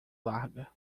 larga